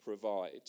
provide